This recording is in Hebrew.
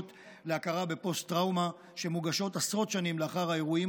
להכרה בפוסט-טראומה שמוגשות עשרות שנים לאחר האירועים